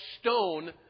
stone